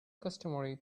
customary